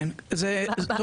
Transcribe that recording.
זוהי